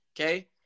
okay